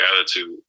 attitude